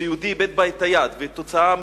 בבקעת-הירדן.